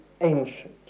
ancient